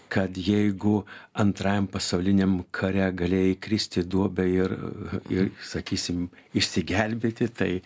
kad jeigu antrajam pasauliniam kare galėjai įkristi į duobę ir ir sakysim išsigelbėti tai